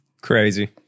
Crazy